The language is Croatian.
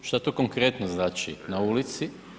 Šta to konkretno znači na ulici?